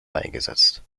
beigesetzt